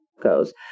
goes